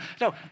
no